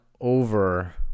over